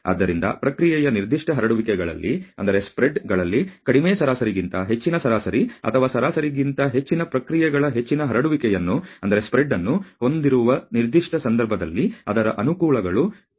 ಆದ್ದರಿಂದ ಪ್ರಕ್ರಿಯೆಯ ನಿರ್ದಿಷ್ಟ ಹರಡುವಿಕೆಗಳಲ್ಲಿ ಕಡಿಮೆ ಸರಾಸರಿಗಿಂತ ಹೆಚ್ಚಿನ ಸರಾಸರಿ ಅಥವಾ ಸರಾಸರಿಗಿಂತ ಹೆಚ್ಚಿನ ಪ್ರಕ್ರಿಯೆಗಳ ಹೆಚ್ಚಿನ ಹರಡುವಿಕೆಯನ್ನು ಹೊಂದಿರುವ ನಿರ್ದಿಷ್ಟ ಸಂದರ್ಭದಲ್ಲಿ ಅದರ ಅನುಕೂಲಗಳು ಎಂದು ನಾನು ನಿಮಗೆ ಹೇಳಿದ್ದೇನೆ